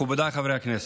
מכובדיי חברי הכנסת,